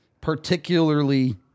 particularly